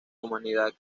humanidad